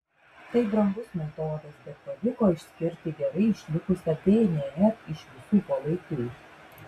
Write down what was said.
tai brangus metodas bet pavyko išskirti gerai išlikusią dnr iš visų palaikų